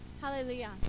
Hallelujah